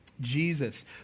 Jesus